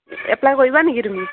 apply কৰিবা নেকি তুমি